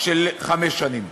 של חמש שנים?